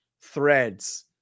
threads